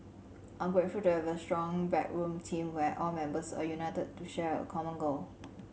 I am grateful to have a strong backroom team where all members are united to share a common goal